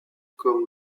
comme